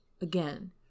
again